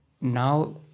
now